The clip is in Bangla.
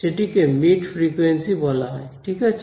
সেটিকে মিড ফ্রিকুয়েন্সি বলা হয় ঠিক আছে